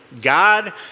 God